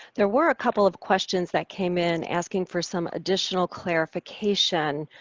there were a couple of questions that came in asking for some additional clarification